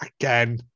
Again